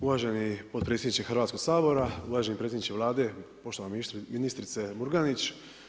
Uvaženi potpredsjedniče Hrvatskog sabora, uvaženi predsjedniče Vlade, poštovana ministrice Murganić.